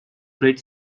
great